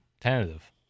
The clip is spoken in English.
tentative